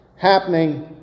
happening